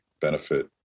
benefit